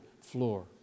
floor